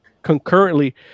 concurrently